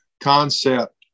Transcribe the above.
concept